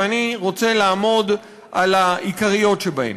ואני רוצה לעמוד על העיקריות שבהן.